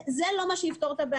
לזה לא צריך את משרד החינוך.